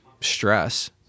stress